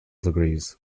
degrees